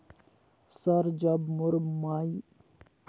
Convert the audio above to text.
Sir जब मोर भाई के पइसा मिलही तो ओला कहा जग ले निकालिही?